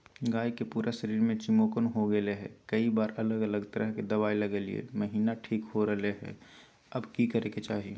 गाय के पूरा शरीर में चिमोकन हो गेलै है, कई बार अलग अलग तरह के दवा ल्गैलिए है महिना ठीक हो रहले है, अब की करे के चाही?